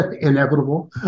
inevitable